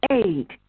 eight